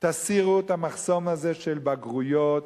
תסירו את המחסום הזה של בגרויות.